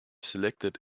selected